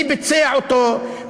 מי ביצע אותו,